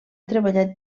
treballat